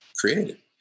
created